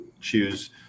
choose